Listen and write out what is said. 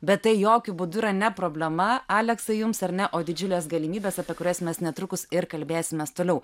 bet tai jokiu būdu yra ne problema aleksai jums ar ne o didžiulės galimybės apie kurias mes netrukus ir kalbėsimės toliau